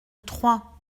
trois